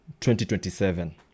2027